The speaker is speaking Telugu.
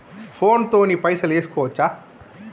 ఫోన్ తోని పైసలు వేసుకోవచ్చా?